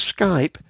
Skype